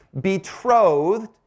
Betrothed